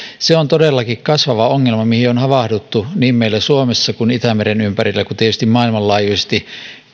se on todellakin kasvava ongelma mihin on havahduttu niin meillä suomessa ja itämeren ympärillä kuin tietysti maailmanlaajuisesti